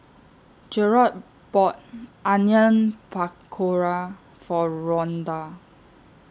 Jerrod bought Onion Pakora For Rhonda